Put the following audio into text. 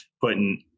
putting